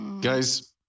Guys